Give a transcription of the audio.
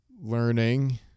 learning